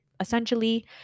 essentially